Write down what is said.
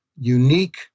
unique